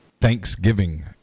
Thanksgiving